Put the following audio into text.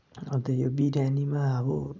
अन्त यो बिर्यानीमा अब